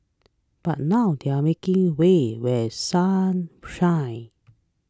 but now they are making way while sun shines